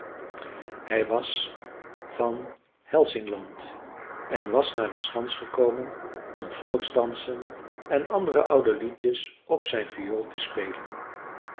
hij was van hälsingland en was naar de schans gekomen om volksdansen en andere oude liedjes op zijn viool te spelen